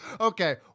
okay